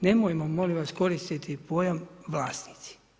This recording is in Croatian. Nemojmo molim vas, koristiti pojam vlasnici.